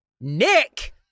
nick